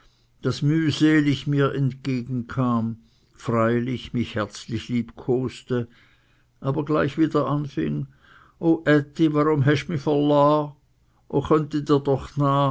das mühselig mir entgegenkam freilich mich herzlich liebkoste aber gleich wieder anfing o ätti warum hesch mi verlah o chönnt i der doch